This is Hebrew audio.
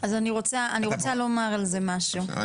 --- אני רוצה לומר על זה משהו.